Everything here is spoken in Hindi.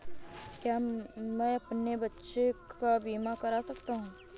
क्या मैं अपने बच्चों का बीमा करा सकता हूँ?